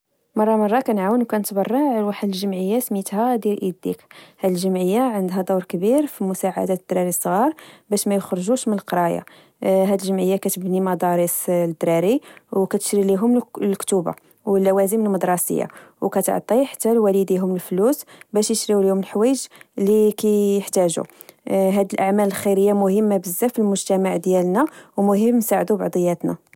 مرة مرة كنعاون وكنتبرع لواحد لجمعية سميتها "دير إديك". هاد الجمعية عندها دور كبير فمساعدة الدراري الصغار باش ميخرجوش من القرايا. هاد الجمعية كتبني مداريس للدراري لوكتشري ليهم الكتب واللوازم المدرسية وكتعطي حتا لوالديهم الفلوس باش يشريو ليهم الحوايج ليكحتاجو، هاد الأعمال الخيرية مهمة بزاف في المجتمع ديالنا ومهم نساعدو بعضياتنا